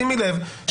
שימי לב,